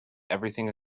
everything